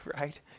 right